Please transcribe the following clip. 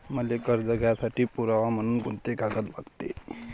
मले कर्ज घ्यासाठी पुरावा म्हनून कुंते कागद लागते?